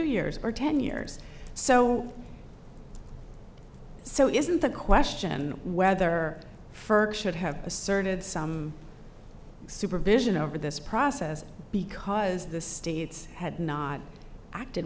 years or ten years or so so isn't the question whether further should have asserted some supervision over this process because the states had not acted